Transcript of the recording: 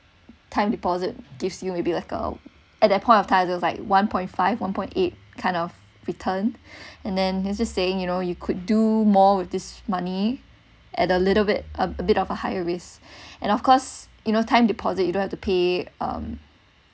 time deposit gives you maybe like uh at that point of time it was like one point five one point eight kind of return and then he's just saying you know you could do more with this money at a little bit a bit of a higher risk and of course you know time deposit you don't have to pay um